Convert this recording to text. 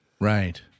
Right